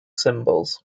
symbols